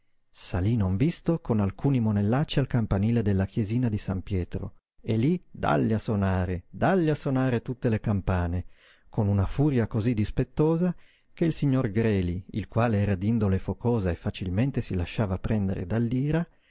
salí non visto con alcuni monellacci al campanile della chiesina di san pietro e lí dàlli a sonare dàlli a sonare tutte le campane con una furia cosí dispettosa che il signor greli il quale era d'indole focosa e facilmente si lasciava prendere